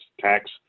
tax